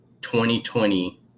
2020